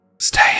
stay